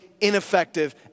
ineffective